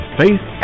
faith